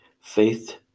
Faith